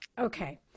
Okay